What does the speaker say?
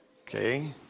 Okay